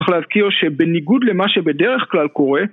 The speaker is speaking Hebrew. צריך להזכיר שבניגוד למה שבדרך כלל קורה